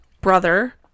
brother